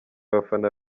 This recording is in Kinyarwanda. abafana